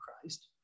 Christ